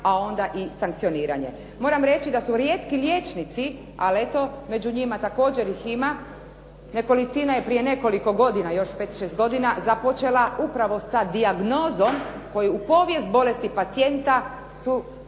a onda i sankcioniranje. Moram reći da su rijetki liječnici, ali eto, među njima također ih ima, nekolicina je prije nekoliko godina, još 5, 6 godina započela upravo sa dijagnozom koja u povijest bolesti pacijenta su